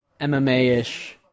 MMA-ish